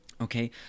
okay